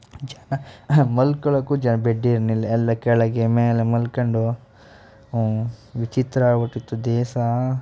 ಜನ ಮಲ್ಕೊಳ್ಳೋಕ್ಕು ಜನ ಬೆಡ್ ಏನಿಲ್ಲ ಎಲ್ಲ ಕೆಳಗೆ ಮೇಲೆ ಮಲ್ಕೊಂಡು ಹ್ಞೂ ವಿಚಿತ್ರ ಆಗಿಬಿಟ್ಟಿತ್ತು ದೇಶ